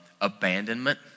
Abandonment